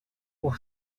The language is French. pour